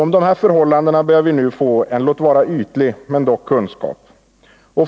Om dessa förhållanden börjar vi nu få kunskap, låt vara att den är ytlig.